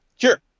Sure